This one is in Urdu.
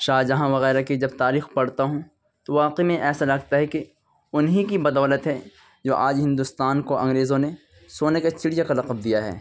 شاہجہاں وغیرہ کی جب تاریخ پڑھتا ہوں تو واقعی میں ایسا لگتا ہے کہ انہیں کی بدولت ہے جو آج ہندوستان کو انگریزوں نے سونے کا چڑیا کا لقب دیا ہے